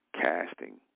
casting